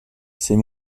ses